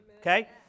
Okay